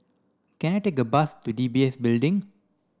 can I take a bus to D B S Building